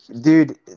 Dude